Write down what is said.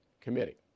committee